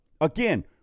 Again